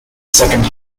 second